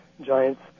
giants